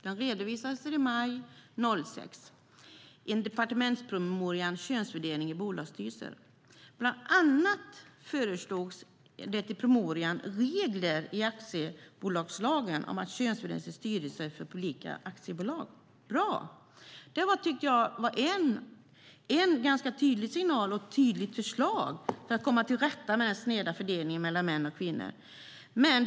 Detta redovisades i maj 2006 i departementspromemorian Könsfördelningen i bolagsstyrelser . Bland annat föreslogs i promemorian regler i aktiebolagslagen om könsfördelning i styrelser för publika aktiebolag. Bra! Detta var, tycker jag, en ganska tydlig signal och ett tydligt förslag när det gäller att komma till rätta med den sneda fördelningen mellan kvinnor och män.